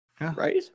Right